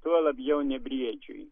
tuo labiau ne briedžiui